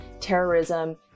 terrorism